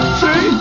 see